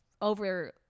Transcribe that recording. over